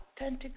authentic